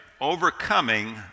overcoming